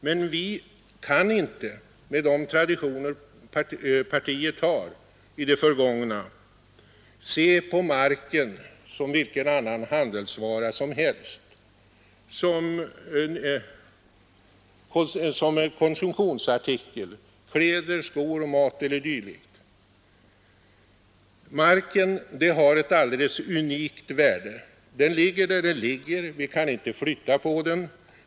Men vi kan inte, med de traditioner partiet har i det förgångna, se på marken som på vilken annan handelsvara som helst, som en konsumtionsartikel som kläder, skor, mat eller dylikt. Marken har ett unikt värde. Den ligger där den ligger; vi kan inte flytta på den.